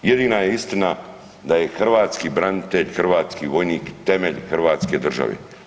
Jedina je istina da je hrvatski branitelj, hrvatski vojnik i temelj hrvatske države.